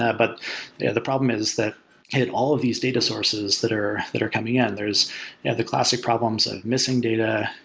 ah but the the problem is that all of these data sources that are that are coming in, there's the classic problems of missing data,